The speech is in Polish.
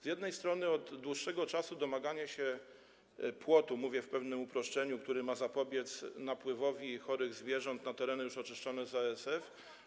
Z jednej strony od dłuższego czasu domaga się płotu - mówię w pewnym uproszczeniu - który ma zapobiec napływowi chorych zwierząt na tereny już oczyszczone z ASF.